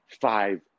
five